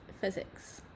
physics